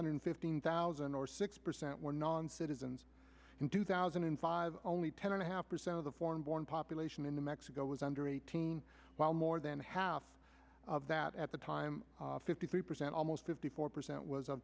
hundred fifteen thousand or six percent were non citizens in two thousand and five only ten and a half percent of the foreign born population in the mexico was under eighteen while more than half of that at the time fifty three percent almost fifty four percent